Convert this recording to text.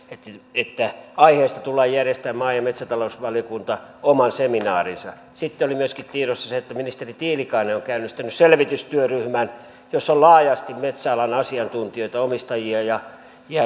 aiheesta tulee järjestämään maa ja metsätalousvaliokunta oman seminaarinsa sitten oli myöskin tiedossa se että ministeri tiilikainen on käynnistänyt selvitystyöryhmän jossa on laajasti metsäalan asiantuntijoita omistajia ja